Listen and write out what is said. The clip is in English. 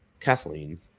Kathleen